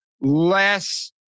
less